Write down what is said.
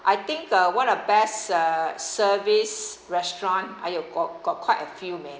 I think uh one of best uh service restaurant !aiyo! got got quite a few man ah